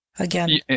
Again